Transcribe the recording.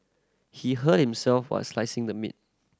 he hurt himself while slicing the meat